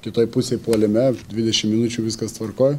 kitoj pusėj puolime dvidešimt minučių viskas tvarkoj